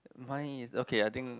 mine is okay I think